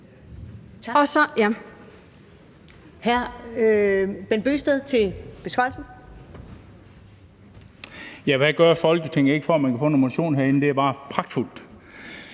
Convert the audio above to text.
Hvad gør Folketinget ikke, for at man kan få noget motion herinde? Det er bare pragtfuldt.